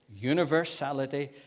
universality